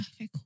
okay